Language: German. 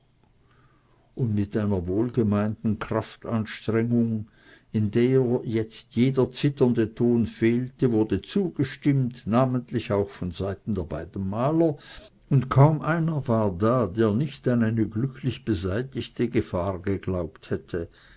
und mit einer wohlgemeinten kraftanstrengung in der jetzt jeder zitternde ton fehlte wurde zugestimmt namentlich auch von seiten der beiden maler und kaum einer war da der nicht an eine glücklich beseitigte gefahr geglaubt hätte